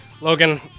Logan